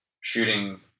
shooting